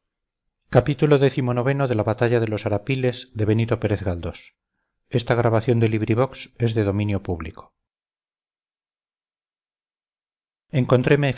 arriba encontreme